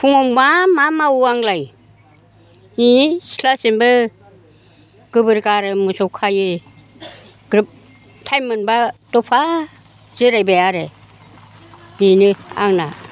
फुङाव मा मा मावो आंलाय बे सिथ्ला सिबो गोबोर गारो मोसौ खायो ग्रोब टाइम मोनबा दफा जिरायबाय आरो बेनो आंना